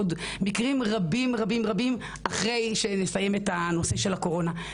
עוד מקרים רבים-רבים אחרי שנסיים את הנושא של הקורונה.